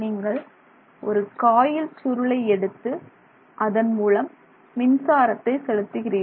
நீங்கள் ஒரு காயில் சுருளை எடுத்து அதன் மூலம் மின்சாரத்தை செலுத்துகிறீர்கள்